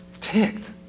ticked